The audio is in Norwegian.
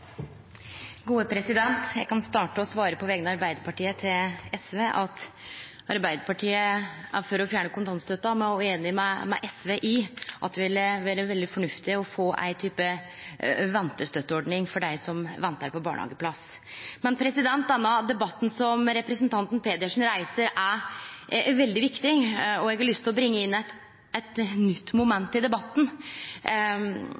Eg kan – på vegner av Arbeidarpartiet – starte med å svare SV at Arbeidarpartiet er for å fjerne kontantstøtta. Me er òg einige med SV i at det ville vore veldig fornuftig å få ein type ventestøtteordning for dei som ventar på barnehageplass. Debatten som representanten Pedersen reiser, er veldig viktig. Eg har lyst til å bringe inn eit nytt